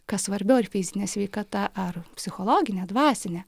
kas svarbiau ar fizinė sveikata ar psichologinė dvasinė